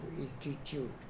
institute